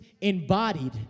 embodied